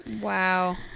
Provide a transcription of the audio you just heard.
Wow